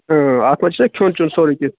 ٲں اَتھ منٛز چھُنہ کھیٚون چیٚون سورُے کیٚنہہ